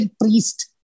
priest